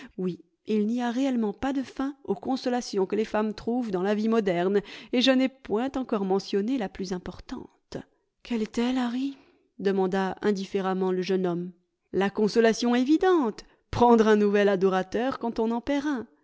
oui il n'y a réellement pas de fin aux consolations que les femmes trouvent dans la vie moderne et je n'ai point encore mentionné la plus importante quelle est-elle harryp demanda indifféremment le jeune homme la consolation évidente prendre un nouvel adorateur quand on en